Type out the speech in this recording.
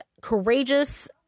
courageous